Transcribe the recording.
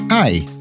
Hi